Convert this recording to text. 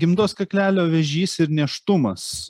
gimdos kaklelio vėžys ir nėštumas